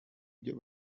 byo